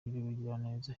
by’ubugiraneza